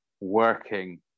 working